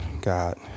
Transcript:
God